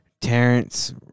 Terrence